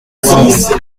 six